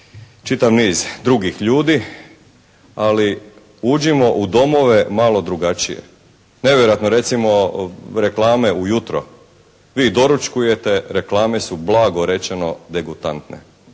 čitav niz drugih ljudi. Ali uđimo u domove malo drugačije. Nevjerojatno recimo reklame u jutro. Vi doručkujete reklame su blago rečeno degutantne.